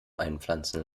einpflanzen